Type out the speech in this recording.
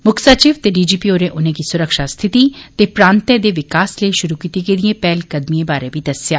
मुक्ख सचिव ते डीजीपी होरें उनेंगी सुरक्षा स्थिति ते प्रांतै दे विकास लेई शुरू कीती गेदिएं पैहलकदमिएं बारे बी दस्सेआ